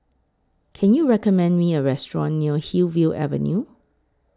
Can YOU recommend Me A Restaurant near Hillview Avenue